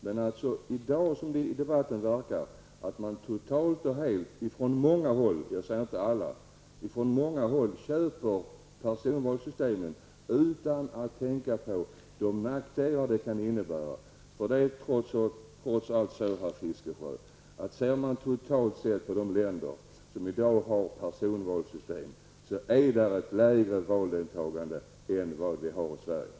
Men i dag verkar det som om man på många håll -- det gäller inte alla -- helt köper personvalssystemet utan att tänka på de nackdelar som det kan innebära. Ser man, Bertil Fiskesjö, på de länder som i dag har personvalssystem, kan man konstatera att det i dessa länder är ett lägre valdeltagande än i Sverige.